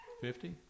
Fifty